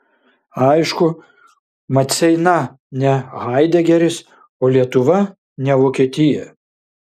aišku maceina ne haidegeris o lietuva ne vokietija